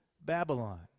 Babylon